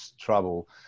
trouble